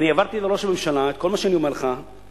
אני העברתי לראש הממשלה את כל מה שאני אומר לך במכתב,